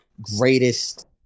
greatest